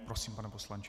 Prosím, pane poslanče.